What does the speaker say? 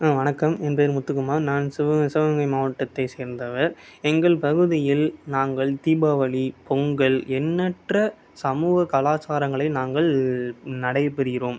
வணக்கம் என் பேர் முத்துக்குமார் நான் சிவகங்கை சிவகங்கை மாவட்டத்தை சேர்ந்தவர் எங்கள் பகுதியில் நாங்கள் தீபாவளி பொங்கல் எண்ணற்ற சமூக கலாச்சாரங்களை நாங்கள் நடைபெறுகிறோம்